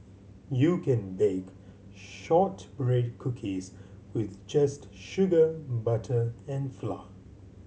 you can bake shortbread cookies with just sugar butter and flour